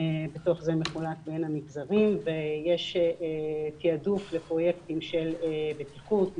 זה מחולק בין המגזרים ויש תעדוף לפרויקטים של בטיחות,